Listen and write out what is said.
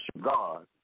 God